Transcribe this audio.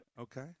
Okay